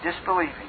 disbelieving